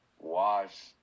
wash